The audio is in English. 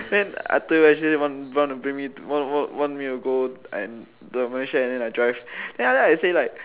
then I tell you she want want to bring me to want want me to go the mansion and drive then I say like